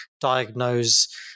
diagnose